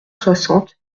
soixante